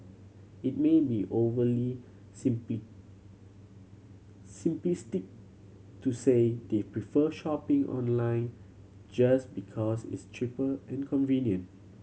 it may be overly simply simplistic to say they prefer shopping online just because it's cheaper and convenient